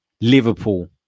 Liverpool